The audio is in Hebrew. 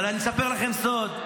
אבל אני אספר לכם סוד: